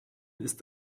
ist